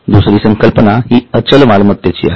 दुसरी संकल्पना हि अचल मालमत्तेची आहे